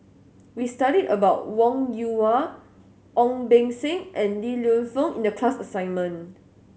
we studied about Wong Yoon Wah Ong Beng Seng and Li Lienfung in the class assignment